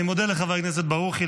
אני מודה לחבר הכנסת ברוכי.